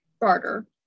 barter